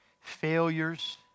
Failures